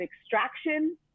extraction